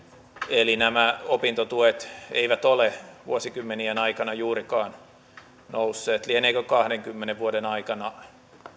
eli nämä opintotuet eivät ole vuosikymmenien aikana juurikaan nousseet lieneekö kahdenkymmenen vuoden aikana